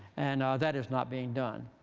and that is not being done,